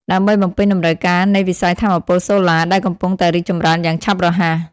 ដើម្បីបំពេញតម្រូវការនៃវិស័យថាមពលសូឡា ដែលកំពុងតែរីកចម្រើនយ៉ាងឆាប់រហ័ស។